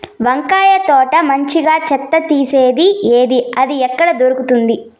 వంకాయ తోట మంచిగా చెత్త తీసేది ఏది? అది ఎక్కడ దొరుకుతుంది?